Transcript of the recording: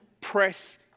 press